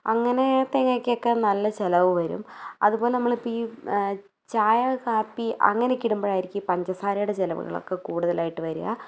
അങ്ങനെ തേങ്ങക്കൊക്കെ നല്ല ചിലവ് വരും അതുപോലെ നമ്മളിപ്പോൾ ഈ ചായ കാപ്പി അങ്ങനെയൊക്കെ ഇടുമ്പോഴായിരിക്കും പഞ്ചസാരയുടെ ചിലവുകളൊക്കെ കൂടുതലായിട്ട് വരിക